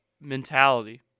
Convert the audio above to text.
mentality